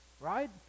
right